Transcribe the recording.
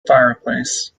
fireplace